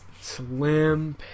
Slim